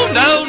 no